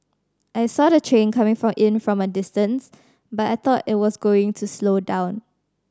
I saw the train coming in from a distance but I thought it was going to slow down